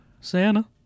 Santa